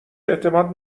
اعتماد